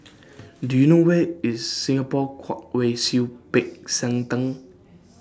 Do YOU know Where IS Singapore Kwong Wai Siew Peck San Theng